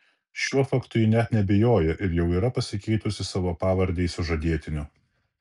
šiuo faktu ji net neabejoja ir jau yra pasikeitusi savo pavardę į sužadėtinio